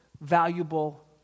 valuable